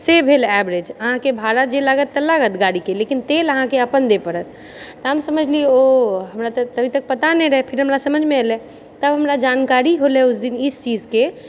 से भेल एवरेज अहाँकेँ भाड़ा जे लागत तऽ लागत गाड़ीके लेकिन तेल अहाँकेँ अपन दए पड़त तऽ हम समझलहुँ ओ हमरा तऽ अभी तक पता नहि रहै हमरा समझमे एलै तब हमरा जानकारी होलय उस दिन इस चीजके